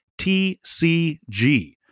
TCG